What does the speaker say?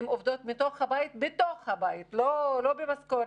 הן עובדות בתוך הבית ולא במשכורת.